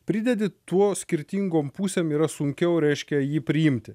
pridedi tuo skirtingom pusėm yra sunkiau reiškia jį priimti